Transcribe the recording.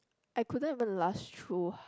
I couldn't even last through